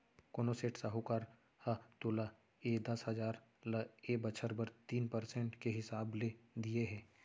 कोनों सेठ, साहूकार ह तोला ए दस हजार ल एक बछर बर तीन परसेंट के हिसाब ले दिये हे?